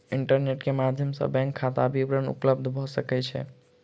internet के माध्यम सॅ बैंक खाता विवरण उपलब्ध भ सकै छै